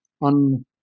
on